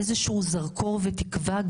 בעיקרון דיברת על משכורת,